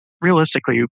realistically